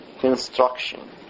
construction